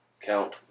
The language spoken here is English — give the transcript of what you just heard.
count